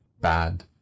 bad